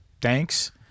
thanks